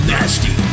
Nasty